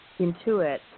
intuit